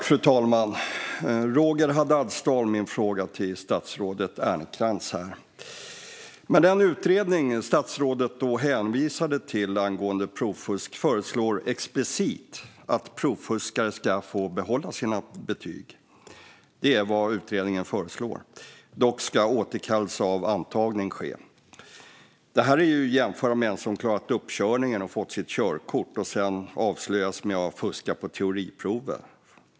Fru talman! Roger Haddad stal min fråga till statsrådet Ernkrans. Den utredning som statsrådet hänvisade till angående provfusk föreslår explicit att provfuskare ska få behålla sina betyg. Dock ska återkallelse av antagning ske. Det är att jämföra med någon som har klarat uppkörningen och fått sitt körkort men som sedan avslöjas med att ha fuskat på teoriprovet.